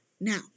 Now